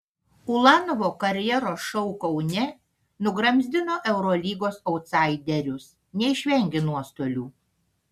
ulanovo karjeros šou kaune nugramzdino eurolygos autsaiderius neišvengė nuostolių